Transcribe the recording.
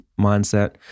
mindset